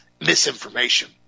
misinformation